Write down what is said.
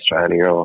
Australia